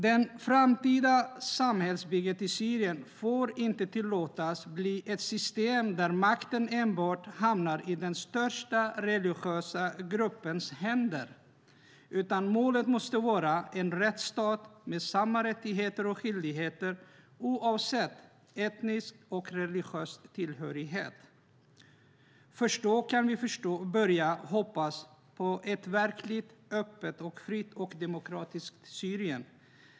Det framtida samhällsbygget i Syrien får inte tillåtas bli ett system där makten enbart hamnar i den största religiösa gruppens händer, utan målet måste vara en rättsstat med samma rättigheter och skyldigheter oavsett etnisk och religiös tillhörighet. Först då kan vi börja hoppas på ett verkligt öppet, fritt och demokratiskt Syrien.